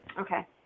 okay